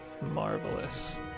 Marvelous